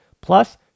Plus